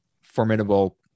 formidable